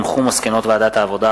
מסקנות ועדת העבודה,